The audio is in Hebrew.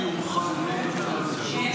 זה שמית או זה?